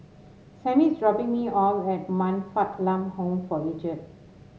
Samie is dropping me off at Man Fatt Lam Home for Aged